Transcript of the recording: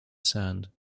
sand